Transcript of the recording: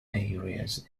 areas